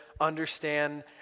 understand